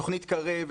תוכנית קרב,